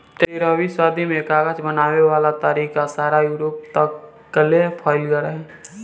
तेरहवीं सदी में कागज बनावे वाला तरीका सारा यूरोप तकले फईल गइल रहे